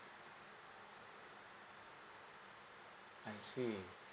I see